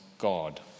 God